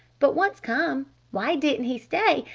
but once come why didn't he stay?